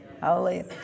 Hallelujah